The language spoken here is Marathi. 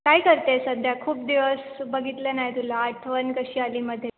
काय करते सध्या खूप दिवस बघितलं नाही तुला आठवण कशी आलीमध्ये